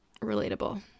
Relatable